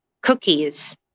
cookies